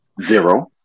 zero